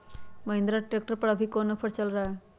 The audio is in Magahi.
महिंद्रा ट्रैक्टर पर अभी कोन ऑफर चल रहा है?